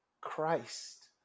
Christ